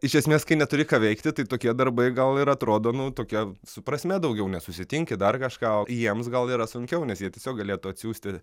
iš esmės kai neturi ką veikti tai tokie darbai gal ir atrodo nu tokia su prasme daugiau nes susitinki dar kažką o jiems gal yra sunkiau nes jie tiesiog galėtų atsiųsti